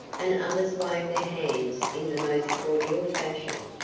and others waved their hands in the most cordial fashion.